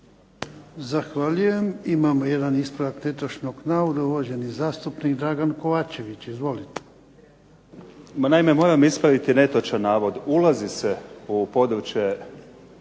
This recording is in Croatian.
Zahvaljujem. Imamo jedan ispravak netočnog navoda uvaženi zastupnik Dragan Kovačević. Izvoli. **Kovačević, Dragan (HDZ)** Ma naime moram ispraviti netočan navod. Ulazi se u područje